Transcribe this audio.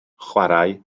chwarae